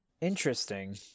interesting